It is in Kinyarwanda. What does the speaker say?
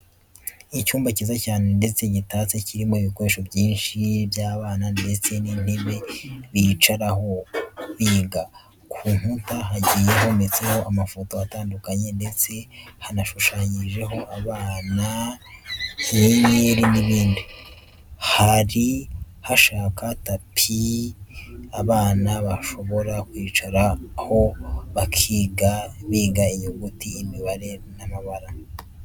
Icyumba cyiza cyane ndetse gitatse, kirimo ibikoresho byinshi by'abana ndetse n'intebe bicaraho biga. Ku nkuta hagiye hometseho amafoto atandukaye ndetse hanashushanyijeho abana, inyenyeri n'ibindi. Hari hashaka tapi abana bashobora kwicaraho bakinga biga inyuguti, imibare n'amabara.